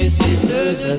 sisters